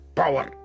power